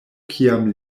kiam